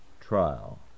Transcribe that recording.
trial